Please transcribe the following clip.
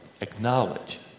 acknowledge